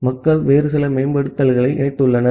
அதன்பிறகு மக்கள் வேறு சில மேம்படுத்தல்களை இணைத்துள்ளனர்